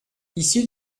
issu